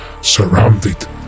surrounded